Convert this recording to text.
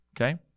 okay